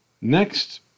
next